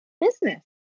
business